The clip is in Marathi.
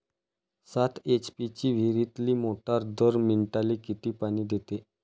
सात एच.पी ची विहिरीतली मोटार दर मिनटाले किती पानी देते?